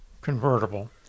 convertible